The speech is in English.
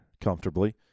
comfortably